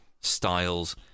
styles